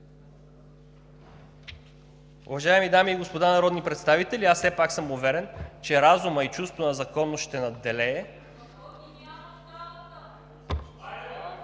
Уважаеми дами и господа народни представители, аз все пак съм уверен, че разумът и чувството на законност ще надделеят…